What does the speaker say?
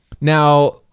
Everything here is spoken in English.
Now